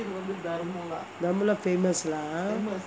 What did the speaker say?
darmula famous lah